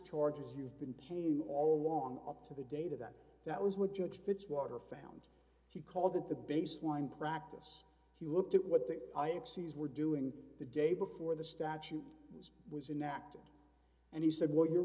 charges you've been paying all along up to the data that that was what judge fitzwater found he called the baseline practice he looked at what the i axes were doing the day before the statute was was inactive and he said well you're